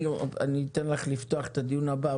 אני אתן לך לפתוח את הדיון הבא,